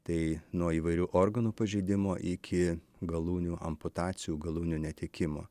tai nuo įvairių organų pažeidimo iki galūnių amputacijų galūnių netekimo